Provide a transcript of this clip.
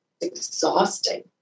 exhausting